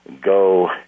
go